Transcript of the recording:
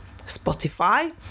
Spotify